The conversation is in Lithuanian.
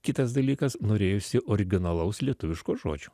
kitas dalykas norėjosi originalaus lietuviško žodžio